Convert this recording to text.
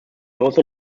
also